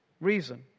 reason